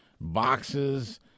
boxes